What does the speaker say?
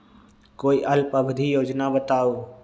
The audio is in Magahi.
कोई अल्प अवधि योजना बताऊ?